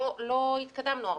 לא התקדמנו הרבה.